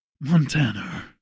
Montana